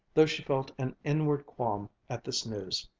though she felt an inward qualm at this news.